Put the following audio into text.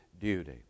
duty